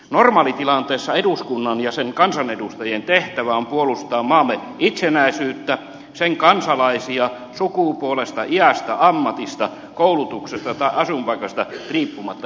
normaalitilanteessa eduskunnan ja sen kansanedustajien tehtävä on puolustaa maamme itsenäisyyttä sen kansalaisia sukupuolesta iästä ammatista koulutuksesta tai asuinpaikasta riippumatta ja niin edelleen